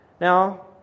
Now